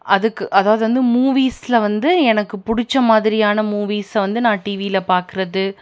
அதுக்கு அதாவது வந்து மூவிஸில் வந்து எனக்கு பிடிச்ச மாதிரியான மூவிஸை வந்து நான் டிவியில் பார்க்குறது